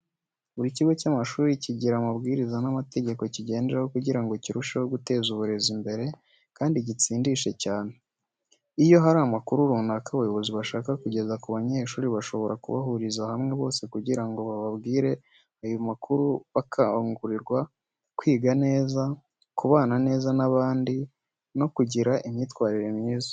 Buri kigo cy'amashuri kigira amabwiriza n'amategeko kigenderaho kugira ngo kirusheho guteza uburezi imbere kandi gitsindishe cyane. Iyo hari amakuru runaka abayobozi bashaka kugeza ku banyeshuri bashobora kubahuriza hamwe bose kugira ngo bababwire ayo makuru bakangurirwa kwiga neza, kubana neza n’abandi, no kugira imyitwarire myiza.